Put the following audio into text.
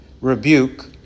rebuke